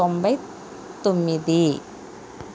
తొంభై తొమ్మిది